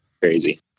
crazy